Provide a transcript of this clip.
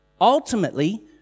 ultimately